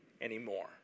anymore